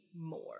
more